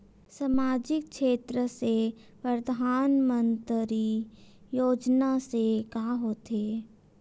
सामजिक क्षेत्र से परधानमंतरी योजना से का होथे?